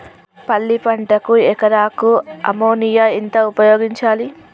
పల్లి పంటకు ఎకరాకు అమోనియా ఎంత ఉపయోగించాలి?